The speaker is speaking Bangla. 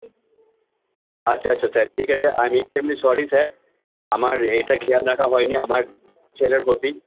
আচ্ছা আচ্ছা স্যার ঠিক আছে I am extremely sorry sir আমার এটা খেয়াল রাখা হয় নি আমার ছেলের প্রতি